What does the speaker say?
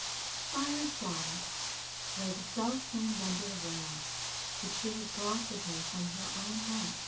by her side lay the self-same bundle of rags which she had brought with her from her own home.